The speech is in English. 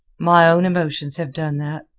my own emotions have done that.